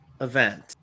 event